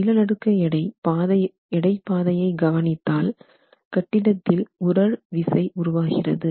நிலநடுக்க எடை பாதையை கவனித்தால் கட்டிடத்தில் உறழ் விசை உருவாகிறது